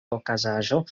okazaĵo